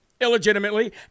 illegitimately